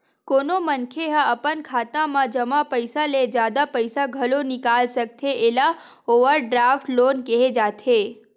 कोनो मनखे ह अपन खाता म जमा पइसा ले जादा पइसा घलो निकाल सकथे एला ओवरड्राफ्ट लोन केहे जाथे